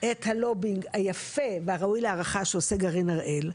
את הלובינג היפה והראוי להערכה שעושה גרעין הראל,